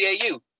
CAU